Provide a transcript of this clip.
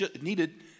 needed